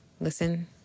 listen